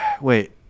wait